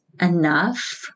enough